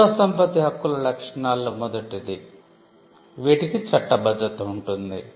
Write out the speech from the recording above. మేధోసంపత్తి హక్కుల లక్షణాలలో మొదటిది వీటికి చట్టబద్ధత ఉంటుంది